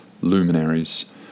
luminaries